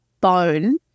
bone